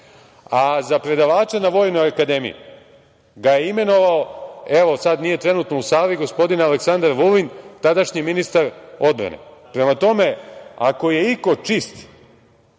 Za predavača na Vojnoj akademiji ga je imenovao, sada nije trenutno u sali, gospodin Aleksandar Vulin, tadašnji ministar odbrane. Prema tome, ako je iko čist